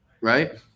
Right